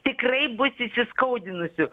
tikrai bus įsiskaudinusių